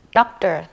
doctor